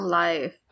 life